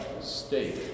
state